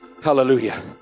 Hallelujah